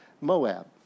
Moab